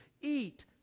eat